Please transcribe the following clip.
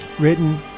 Written